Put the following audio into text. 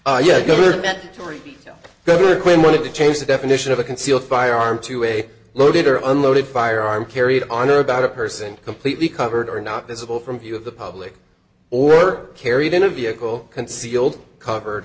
quinn wanted to change the definition of a concealed firearm to a loaded or unloaded firearm carried on or about a person completely covered or not there's a hole from view of the public or carried in a vehicle concealed covered